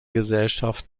gesellschaft